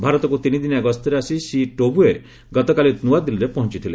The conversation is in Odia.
ଭାରତକୁ ତିନିଦିନିଆ ଗସ୍ତରେ ଆସି ଶ୍ରୀ ଟୋବ୍ଗେ ଗତକାଲି ନୂଆଦିଲ୍ଲୀରେ ପହଞ୍ଚିଥିଲେ